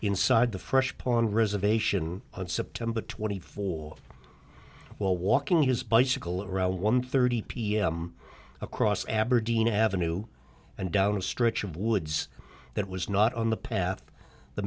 inside the fresh pond reservation on september twenty fourth while walking his bicycle around one thirty pm across aberdeen avenue and down a stretch of woods that was not on the path the